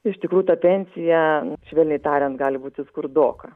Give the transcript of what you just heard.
iš tikrų ta pensija švelniai tariant gali būti skurdoka